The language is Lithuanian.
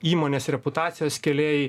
įmonės reputacijos kėlėjai